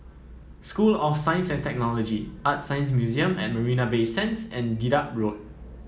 School of Science and Technology ArtScience Museum at Marina Bay Sands and Dedap Road